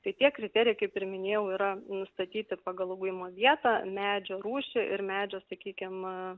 tai tie kriterijai kaip ir minėjau yra nustatyti pagal augimo vietą medžio rūšį ir medžio sakykim